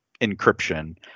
encryption